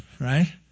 right